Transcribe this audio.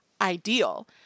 ideal